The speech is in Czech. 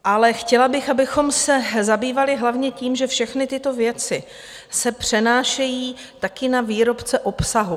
Ale chtěla bych, abychom se zabývali hlavně tím, že všechny tyto věci se přenášejí také na výrobce obsahu.